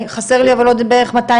חסר לי בערך עוד מאתיים